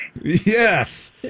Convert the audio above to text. Yes